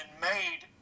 made